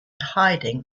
hiding